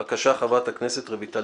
בבקשה, חברת הכנסת רויטל